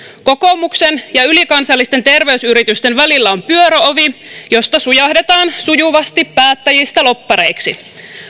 kokoomuksen ja ja ylikansallisten terveysyritysten välillä on pyöröovi josta sujahdetaan sujuvasti päättäjistä lobbareiksi